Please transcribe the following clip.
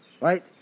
right